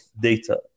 data